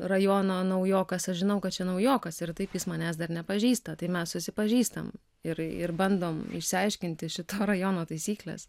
rajono naujokas aš žinau kad čia naujokas ir taip jis manęs dar nepažįsta tai mes susipažįstam ir ir bandom išsiaiškinti šito rajono taisykles